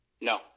No